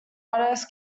goddess